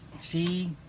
See